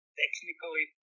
technically